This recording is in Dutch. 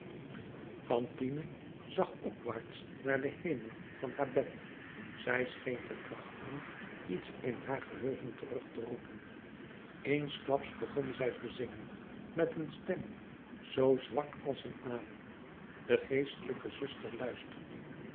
fantine zag opwaarts naar den hemel van haar bed zij scheen te trachten iets in haar geheugen terug te roepen eensklaps begon zij te zingen met een stem zoo zwak als een adem de geestelijke zuster luisterde